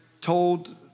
told